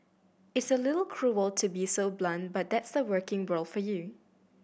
it's a little cruel to be so blunt but that's the working world for you